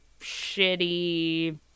shitty